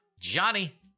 Johnny